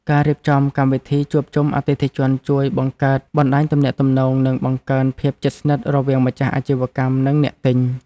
ការរៀបចំកម្មវិធីជួបជុំអតិថិជនជួយបង្កើតបណ្តាញទំនាក់ទំនង និងបង្កើនភាពជិតស្និទ្ធរវាងម្ចាស់អាជីវកម្មនិងអ្នកទិញ។